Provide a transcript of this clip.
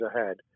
ahead